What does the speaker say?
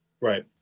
Right